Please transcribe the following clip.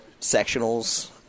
sectionals